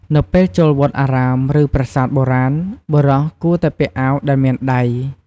នៅពេលចូលវត្តអារាម ឬប្រាសាទបុរាណ បុរសគួរតែពាក់អាវដែលមានដៃ។